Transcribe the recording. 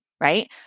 right